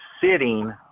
sitting